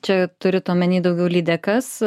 čia turit omeny daugiau lydekas